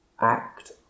act